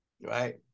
right